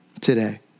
today